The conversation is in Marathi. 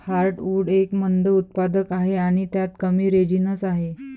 हार्टवुड एक मंद उत्पादक आहे आणि त्यात कमी रेझिनस आहे